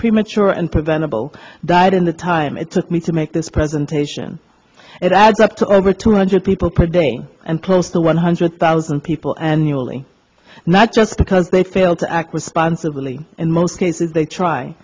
premature and preventable died in the time it took me to make this presentation it adds up to over two hundred people per day and close to one hundred thousand people and uli not just because they fail to act responsibly in most cases they try